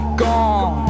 gone